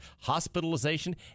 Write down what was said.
hospitalization